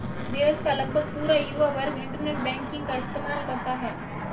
देश का लगभग पूरा युवा वर्ग इन्टरनेट बैंकिंग का इस्तेमाल करता है